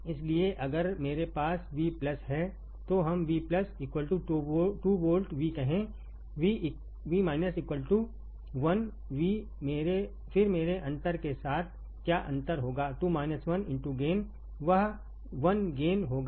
इसलिए अगर मेरे पास V है तो हम V 2 वोल्ट VकहेंV 1 V फिर मेरे अंतर के साथ क्याअंतर होगा गेन वह 1 गेन होगा